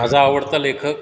माझा आवडता लेखक